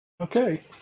Okay